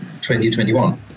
2021